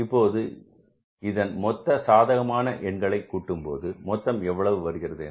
இப்போது இதன் மொத்த சாதகமான எண்களை கூட்டும்போது மொத்தம் எவ்வளவு வருகிறது